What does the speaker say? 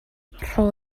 rho